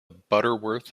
butterworth